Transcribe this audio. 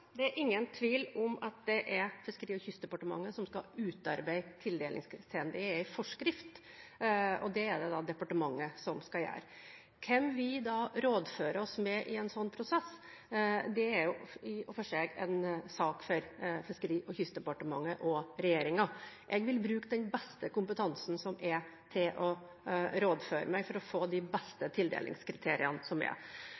er ingen tvil om at det er Fiskeri- og kystdepartementet som skal utarbeide tildelingskriterier. Det er en forskrift, og det er det da departementet som skal gjøre. Hvem vi rådfører oss med i en slik prosess, er i og for seg en sak for Fiskeri- og kystdepartementet og regjeringen. Jeg vil bruke den beste kompetansen som er for å rådføre meg – for å få de